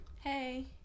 hey